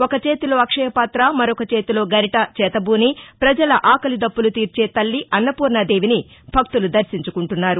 ఒక చేతిలో అక్షయపాత మరొక చేతిలో గరిట చేతబూని ప్రపజల ఆకలిదప్పులు తీర్చే తల్లి అన్నపూర్ణాదేవిని భక్తులు దర్శించుకుంటున్నారు